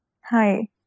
Hi